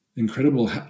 Incredible